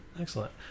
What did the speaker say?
Excellent